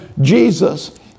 Jesus